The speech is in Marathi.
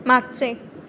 मागचे